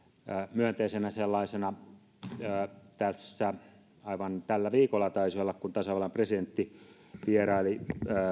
myönteisenä sellaisena taisi olla tässä aivan tällä viikolla kun tasavallan presidentti vieraili